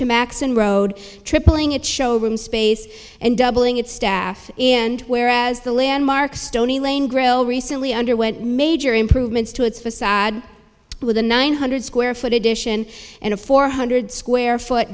to max and road tripling it showroom space and doubling its staff and whereas the landmark stony lane grayle recently underwent major improvements to its facade with a nine hundred square foot addition and a four hundred square foot